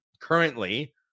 Currently